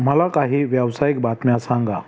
मला काही व्यावसायिक बातम्या सांगा